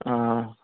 हां